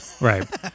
right